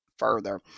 further